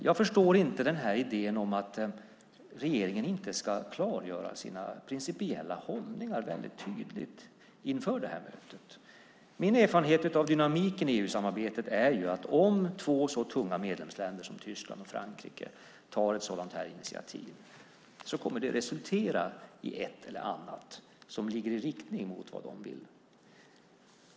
Jag förstår inte idén om att regeringen inte ska klargöra sin principiella hållning mycket tydligt inför detta möte. Min erfarenhet av dynamiken i EU-samarbetet är att om två så tunga medlemsländer som Tyskland och Frankrike tar ett sådant initiativ, då kommer det att resultera i ett eller annat som ligger i riktning mot vad de vill.